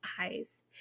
eyes